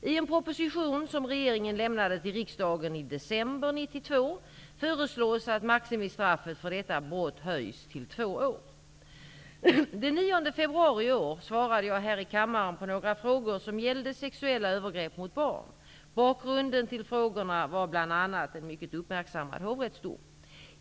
I en proposition som regeringen lämnade till riksdagen i december 1992 föreslås att maximistraffet för detta brott höjs till två år. Den 9 februari i år svarade jag här i kammaren på några frågor som gällde sexuella övergrepp mot barn. Bakgrunden till frågorna var bl.a. en mycket uppmärksammad hovrättsdom.